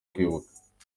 kwibuka